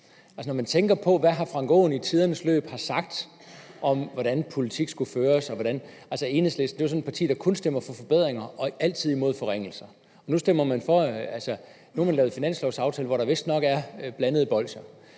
hr. Frank Aaen. Hr. Frank Aaen har i tidernes løb sagt, hvordan politik skulle føres, og Enhedslisten er jo sådan et parti, der kun stemmer for forbedringer og altid imod forringelser, men nu har man lavet en finanslovaftale, hvor der vistnok er blandede bolsjer.